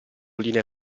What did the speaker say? linee